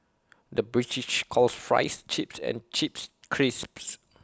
the British calls Fries Chips and Chips Crisps